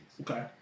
Okay